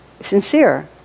sincere